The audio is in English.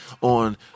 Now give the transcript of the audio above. on